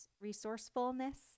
resourcefulness